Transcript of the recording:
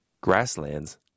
Grasslands